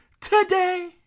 today